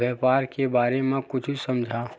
व्यापार के बारे म कुछु समझाव?